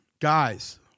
Guys